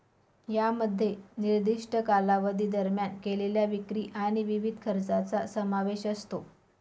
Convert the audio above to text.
यामध्ये निर्दिष्ट कालावधी दरम्यान केलेल्या विक्री आणि विविध खर्चांचा समावेश असतो